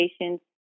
patients